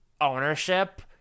ownership